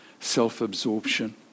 self-absorption